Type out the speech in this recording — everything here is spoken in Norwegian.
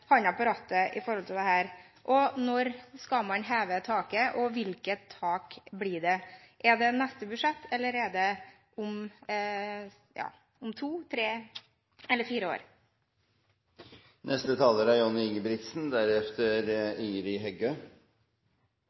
har hånden på rattet i denne saken – faktisk har tenkt å lovfeste denne ordningen. Og når skal man heve taket, og hvilket tak blir det? Er det i neste budsjett, eller er det om to, tre eller fire